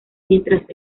mientras